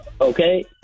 Okay